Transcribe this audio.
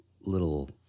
little